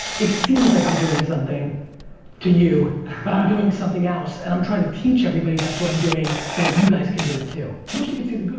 it seems like i'm doing something to you but i'm doing something else and i'm trying to teach everybody that's what i'm doing, so you guys can do it too. wish you could see the.